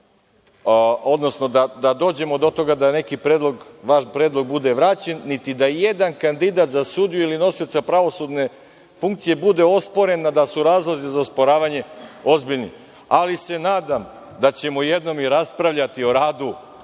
odnosno da dođemo do toga da neki vaš predlog bude vraćen, niti da i jedan kandidat za sudiju ili nosioca pravosudne funkcije bude osporen, a da su razlozi za osporavanje ozbiljni. Ali se nadam da ćemo jednom i raspravljati o radu